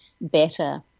better